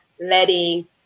letting